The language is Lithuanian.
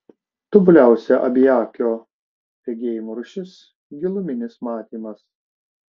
tobuliausia abiakio regėjimo rūšis giluminis matymas